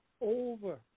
over